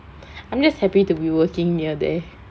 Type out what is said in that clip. I mean just happy to be working near there